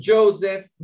Joseph